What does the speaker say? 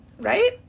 Right